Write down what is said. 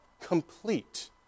complete